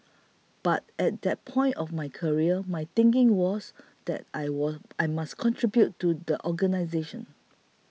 but at that point of my career my thinking was that I will I must contribute to the organisation